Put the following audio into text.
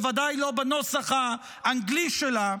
בוודאי לא בנוסח האנגלי שלה,